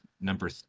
number